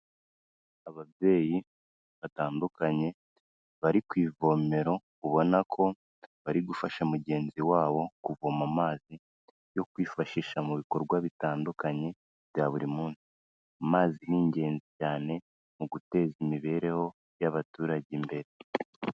Ababyeyi batandukanye bari ku ivomero ubona ko bari gufasha mugenzi wabo kuvoma amazi yo kwifashisha mu bikorwa bitandukanye bya buri munsi, amazi ni ingenzi cyane mu guteza imibereho y'abaturage imbere.